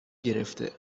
گرفته